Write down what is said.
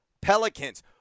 Pelicans